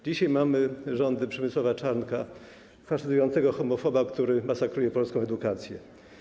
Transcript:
Dzisiaj mamy rządy Przemysława Czarnka, faszyzującego homofoba, który masakruje polską edukację.